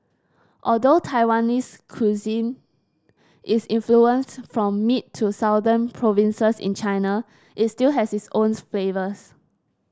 although Taiwanese cuisine is influenced from mid to southern provinces in China it still has its own flavours